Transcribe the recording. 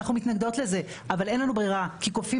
אנחנו מתנגדות לזה אבל אין לנו ברירה כי כופים